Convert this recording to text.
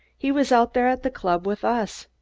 he was out there at the club with us.